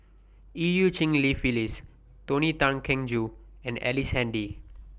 EU Cheng Li Phyllis Tony Tan Keng Joo and Ellice Handy